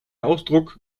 ausdruck